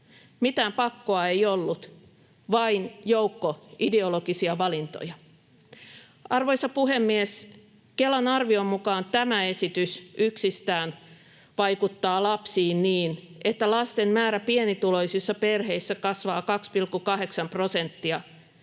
Mitään pakkoa ei ollut, vain joukko ideologisia valintoja. Arvoisa puhemies! Kelan arvion mukaan tämä esitys yksistään vaikuttaa lapsiin niin, että lasten määrä pienituloisissa perheissä kasvaa 2,8 prosenttia.